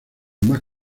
más